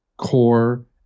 core